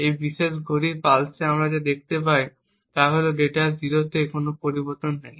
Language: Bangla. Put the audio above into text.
এই বিশেষ ঘড়ির পালসে আমরা যা দেখতে পাই তা হল ডেটা 0 তে কোনও পরিবর্তন নেই